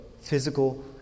physical